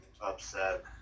upset